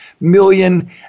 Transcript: million